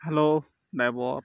hello driver